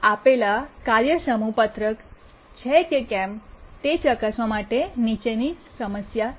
આપેલકાર્ય સમૂહ સમયપત્રક છે કે કેમ તે ચકાસવા માટે નીચેની સમસ્યા છે